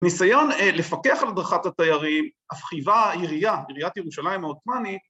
‫ניסיון לפקח על הדרכת התיירים, ‫אף חייבה העירייה, ‫עיריית ירושלים העותמנית,